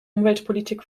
umweltpolitik